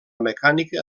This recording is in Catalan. mecànica